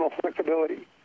flexibility